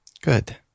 good